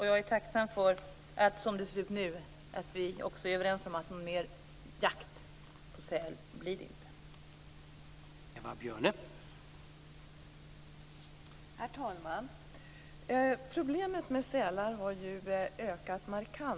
Jag är tacksam för att det nu ser ut som om vi är överens om att det inte blir någon mer jakt på säl.